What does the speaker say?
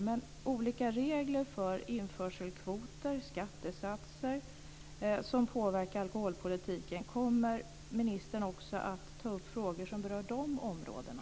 Men hur är det med olika regler för införselkvoter och skattesatser som påverkar alkoholpolitiken? Kommer ministern också att ta upp frågor som berör de områdena?